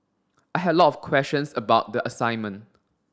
I had a lot of questions about the assignment